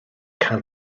cael